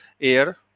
air